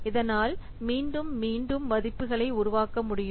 இதனால் மீண்டும் மீண்டும் மதிப்புகளை உருவாக்க முடியும்